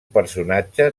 personatge